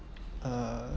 uh